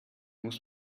muss